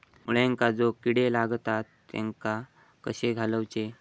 मुळ्यांका जो किडे लागतात तेनका कशे घालवचे?